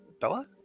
Bella